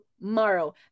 tomorrow